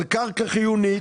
על קרקע חיונית,